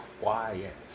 quiet